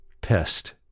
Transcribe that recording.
pest